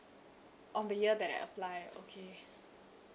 on the year that I apply okay